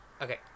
Okay